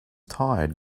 tired